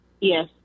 yes